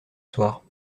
soir